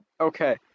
Okay